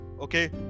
Okay